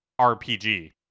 RPG